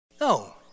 No